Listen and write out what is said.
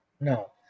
No